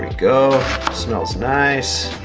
go. smells nice.